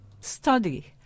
Study